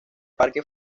parque